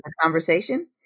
conversation